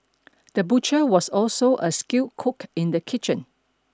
the butcher was also a skilled cook in the kitchen